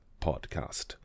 podcast